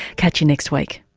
catch you next week